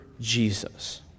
Jesus